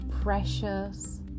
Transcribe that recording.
precious